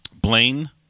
Blaine